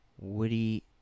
Woody